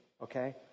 Okay